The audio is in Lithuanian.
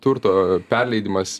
turto perleidimas